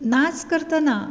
नाच करतना